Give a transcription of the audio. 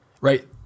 right